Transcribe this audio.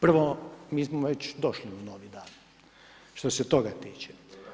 Prvo, mi smo već došli u novi dan, što se toga tiče.